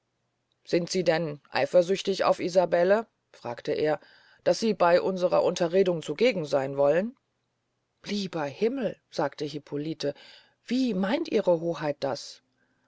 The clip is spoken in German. sind sie denn eifersüchtig auf isabelle fragte er daß sie bey unsrer unterredung zugegen seyn wollen lieber himmel sagte hippolite wie meint ihre hoheit das